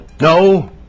No